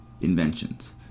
inventions